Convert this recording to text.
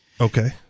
Okay